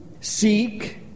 Seek